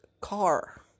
car